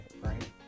right